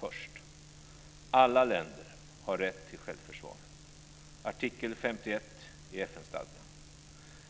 Först: Alla länder har rätt till självförsvar - artikel 51 i FN-stadgan.